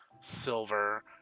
silver